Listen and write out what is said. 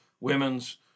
women's